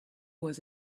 was